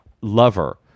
lover